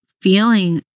feeling